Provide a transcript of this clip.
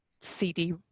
CD